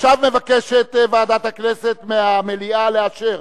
עכשיו מבקשת ועדת הכנסת מהמליאה לאשר